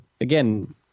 Again